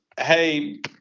hey